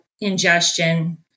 ingestion